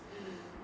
mm